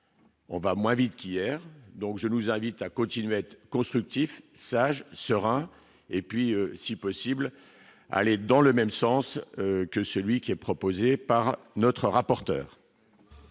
On va moins vite qu'hier, donc je nous invite à continuer à être constructif sage serein, et puis si possible, aller dans le même sens que celui qui est proposé par notre rapporteur.